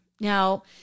Now